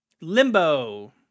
Limbo